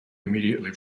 immediately